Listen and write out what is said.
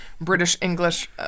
British-English